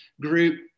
group